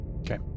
Okay